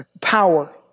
power